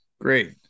great